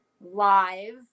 live